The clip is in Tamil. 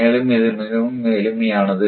மேலும் இது மிகவும் எளிமையானது